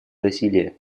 насилия